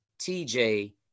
TJ